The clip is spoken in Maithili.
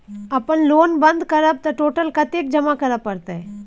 अपन लोन बंद करब त टोटल कत्ते जमा करे परत?